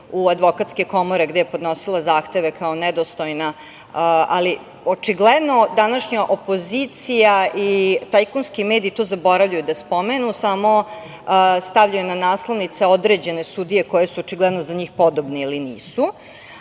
u Advokatsku komoru gde je podnosila zahteve kao nedostojna ali očigledno današnja opozicija i tajkunski mediji to zaboravljaju da spomenu, samo stavljaju na naslovnice određene sudije koje su očigledno za njih podobni ili